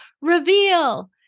reveal